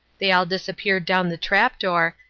they all disappeared down the trapdoor,